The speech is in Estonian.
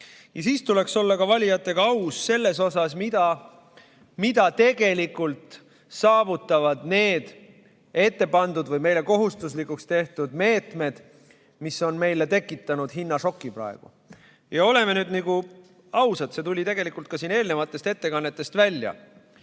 Ja siis tuleks olla valijatega aus selles, mida tegelikult saavutavad need ette pandud või meile kohustuslikuks tehtud meetmed, mis on meile tekitanud praegu hinnašoki. Oleme ausad, see tuli tegelikult ka siin eelnevatest ettekannetest välja.